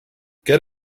get